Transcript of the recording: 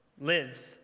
live